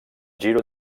giro